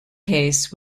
case